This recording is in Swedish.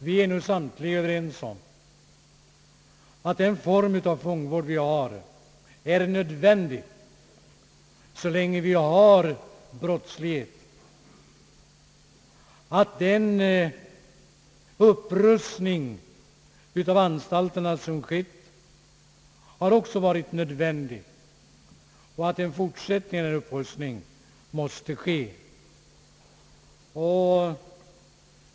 Vi är nu överens om att den form av fångvård vi har är nödvändig så länge vi har brottslighet, att den upprustning av anstalterna som skett också varit nödvändig och att en fortsatt upprustning måste ske.